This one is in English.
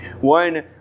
one